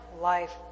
life